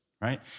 right